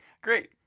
Great